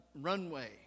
runway